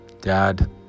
Dad